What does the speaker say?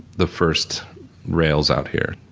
the first rails out here.